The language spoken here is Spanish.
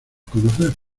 conocer